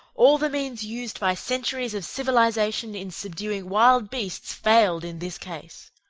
all the means used by centuries of civilization in subduing wild beasts failed in this case.